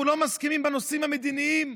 אנחנו לא מסכימים בנושאים המדיניים,